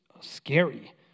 scary